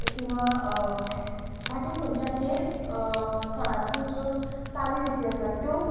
किंवां बाकी खंयच्याय हेर सणांतली ज्यो चालिरीती आसात त्यो